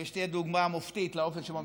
ושתהיה דוגמה מופתית לאופן שבו מתנהלות הישיבות.